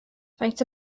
faint